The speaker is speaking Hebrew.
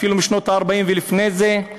אפילו משנות ה-40 ולפני זה,